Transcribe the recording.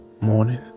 Morning